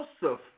Joseph